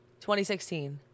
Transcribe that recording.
2016